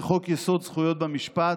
וזה חוק-יסוד: זכויות במשפט,